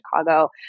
Chicago